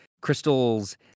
crystals